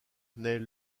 naît